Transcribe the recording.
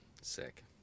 Sick